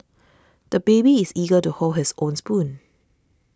the baby is eager to hold his own spoon